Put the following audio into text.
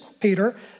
Peter